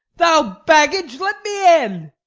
thou baggage, let me in.